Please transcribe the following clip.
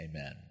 Amen